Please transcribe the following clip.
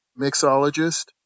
mixologist